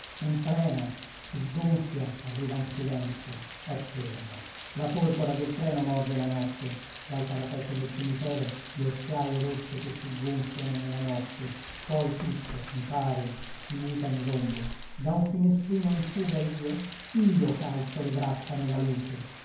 un treno si sgonfia arriva in silenzio è fermo la porpora del treno morde la notte dal parapetto del cimitero le occhiaie rosse che si gonfiano nella notte poi tutto mi pare si muta in rombo da un finestrino in fuga io io ch'alzo le broccia nella luce